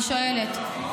את שאלת שאלה,